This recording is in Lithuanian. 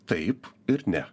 taip ir ne